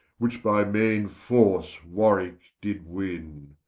which by maine force warwicke did winne,